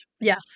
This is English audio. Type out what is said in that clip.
Yes